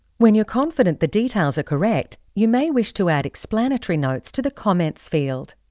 when you're confident the details are correct, you may wish to add explanatory notes to the comments field.